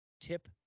tip